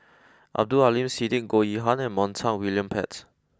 Abdul Aleem Siddique Goh Yihan and Montague William Pett